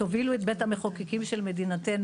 תובילו את בית המחוקקים של מדינתנו